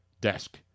desk